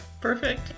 Perfect